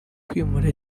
kwimura